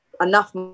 enough